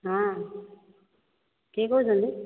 ହଁ କିଏ କହୁଛନ୍ତି